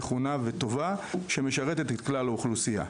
נכונה וטובה שמשרתת את כלל האוכלוסייה.